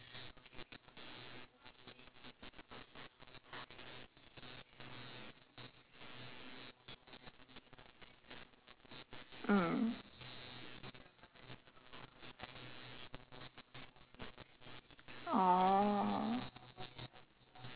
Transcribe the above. mm orh